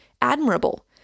admirable